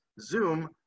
Zoom